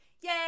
Yay